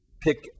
pick